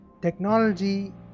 Technology